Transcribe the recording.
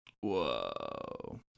Whoa